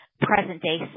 present-day